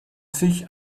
sich